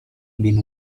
been